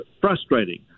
frustrating